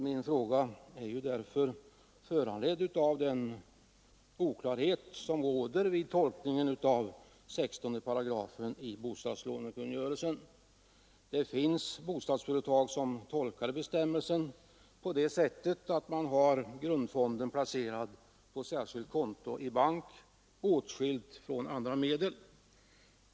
Min fråga är föranledd av den oklarhet som råder vid tolkningen av 16 § i bostadslånekungörelsen. Det finns bostadsföretag som tolkat bestämmelsen på det sättet att man har grundfonden placerad på särskilt konto i bank, åtskilt från andra medel.